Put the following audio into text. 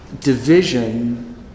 division